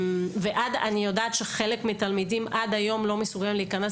אני יודעת שחלק מהתלמידים עד היום לא מסוגלים להיכנס